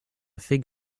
fig